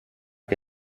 che